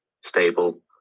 stable